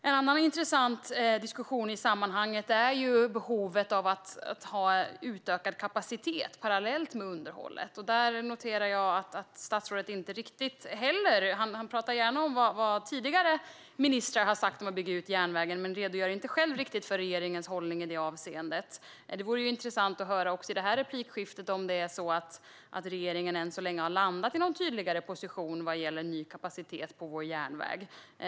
En annan intressant diskussion i sammanhanget gäller behovet av utökad kapacitet parallellt med underhållet. Där noterar jag att statsrådet gärna pratar om vad tidigare ministrar har sagt om att bygga ut järnvägen men själv inte riktigt redogör för regeringens hållning i det avseendet. Det vore intressant att höra i den här debatten om det är så att regeringen har landat i någon tydligare position vad gäller ny kapacitet på vår järnväg.